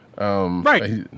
Right